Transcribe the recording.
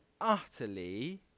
utterly